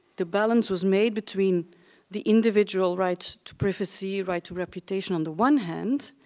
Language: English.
the balance was made between the individual right to privacy, right to reputation on the one hand,